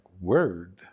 Word